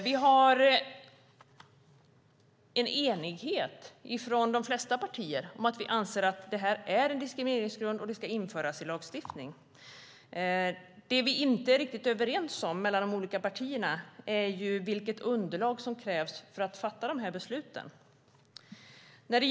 Vi har en enighet mellan de flesta partier. Vi anser att detta är en diskrimineringsgrund och att det ska införas i lagstiftning. Det vi inte är riktigt överens om mellan de olika partierna är vilket underlag som krävs för att fatta besluten.